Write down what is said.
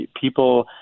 people